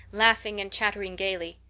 laughing and chattering gaily.